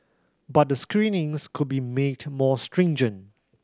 but the screenings could be made more stringent